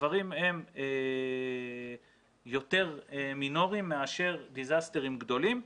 הדברים הם יותר מינוריים מאשר אסונות גדולים.